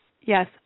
Yes